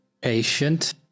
patient